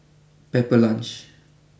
Pepper Lunch